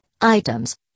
items